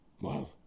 Wow